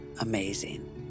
Amazing